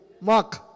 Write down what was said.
Mark